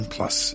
Plus